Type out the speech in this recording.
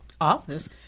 office